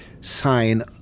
sign